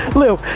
lou,